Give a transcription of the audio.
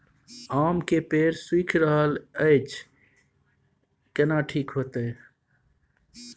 आम के पेड़ सुइख रहल एछ केना ठीक होतय?